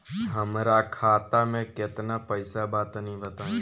हमरा खाता मे केतना पईसा बा तनि बताईं?